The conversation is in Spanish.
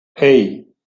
hey